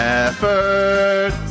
effort